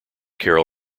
carol